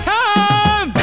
time